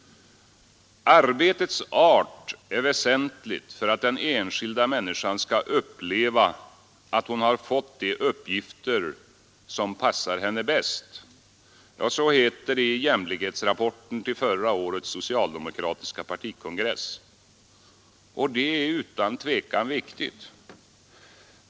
”Arbetets art är väsentligt för att den enskilda människan ska uppleva att hon fått de uppgifter som passar henne bäst”, heter det i jämlikhetsrapporten till förra årets socialdemokratiska partikongress. Det är utan tvivel riktigt.